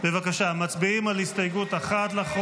רון כץ, מטי צרפתי הרכבי,